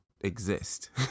exist